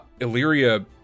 Illyria